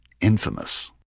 infamous